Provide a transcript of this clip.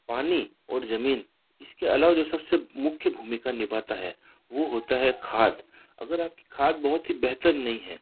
पानी और ज़मीन इसके अलावा जो सबसे मुख्य भूमिका निभाता है वह होता है खाद अगर आपकी खाद बहुत ही बेहतर नहीं है